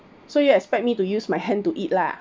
so you expect me to use my hand to eat lah